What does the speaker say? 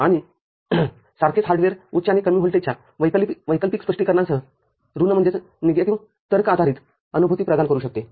आणि सारखेच हार्डवेअरउच्च आणि कमी व्होल्टेजच्या वैकल्पिक स्पष्टीकरणांसह ऋण तर्क आधारित अनुभूती प्रदान करू शकते